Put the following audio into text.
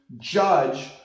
judge